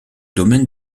domaine